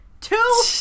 Two